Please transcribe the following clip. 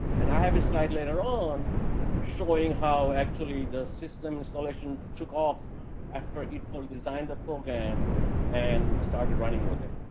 and i have a slide later on showing how actually the system installations took off after idcol designed the program and started running with it.